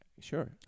Sure